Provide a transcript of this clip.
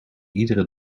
iedere